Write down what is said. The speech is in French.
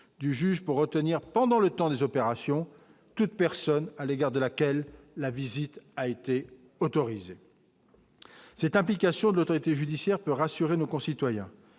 du juge pour retenir pendant le temps des opérations toute personne à l'égard de laquelle la visite a été autorisé cette implication de l'autorité judiciaire peut rassurer nos concitoyens